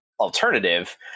alternative –